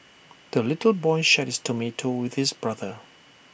the little boy shared his tomato with his brother